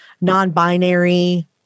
non-binary